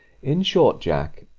in short, jack,